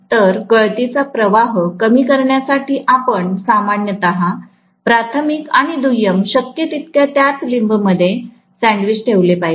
तर गळतीचा प्रवाह कमी करण्यासाठी आपण सामान्यत प्राथमिक आणि दुय्यम शक्य तितक्या त्याच लिंब मध्ये सँडविच ठेवले पाहिजे